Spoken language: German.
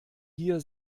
hier